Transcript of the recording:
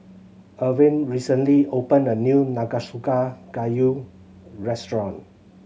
Irven recently opened a new Nanakusa Gayu restaurant